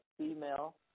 female